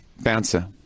bouncer